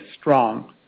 strong